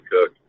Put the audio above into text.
cook